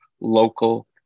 local